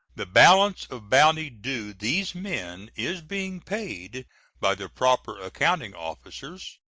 the balance of bounty due these men is being paid by the proper accounting officers.